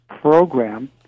program